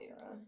era